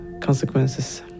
Consequences